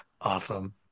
awesome